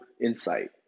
insight